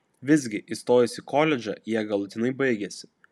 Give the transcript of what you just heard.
visgi įstojus į koledžą jie galutinai baigėsi